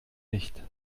nicht